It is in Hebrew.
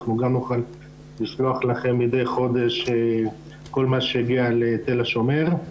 אנחנו נוכל לשלוח לכם מדי חודש כל מה שיגיע לתל השומר.